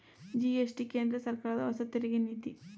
GST ಕೇಂದ್ರ ಸರ್ಕಾರದ ಹೊಸ ತೆರಿಗೆ ನೀತಿ